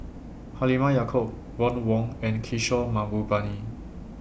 Halimah Yacob Ron Wong and Kishore Mahbubani